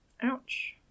Ouch